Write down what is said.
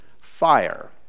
fire